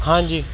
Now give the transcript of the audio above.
ਹਾਂਜੀ